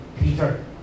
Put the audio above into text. Peter